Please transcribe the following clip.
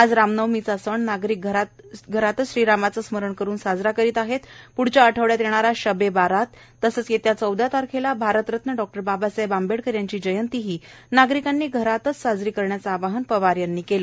आज रामनवमीचा सण नागरिक घरातच श्रीरामाचं स्मरण करून साजरा करत आहेत प्ढच्या आठवड्यात येणारा शब ए बारात तसंच येत्या चौदा तारखेला भारतरत्न डॉ बाबासाहेब आंबेडकर यांची जयंती नागरिकांनी घरात बसूनच साजरी करण्याचं आवाहन पवार यांनी केलं